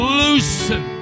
loosen